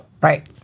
Right